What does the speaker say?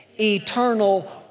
Eternal